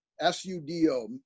S-U-D-O